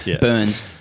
burns